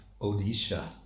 Odisha